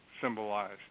Symbolized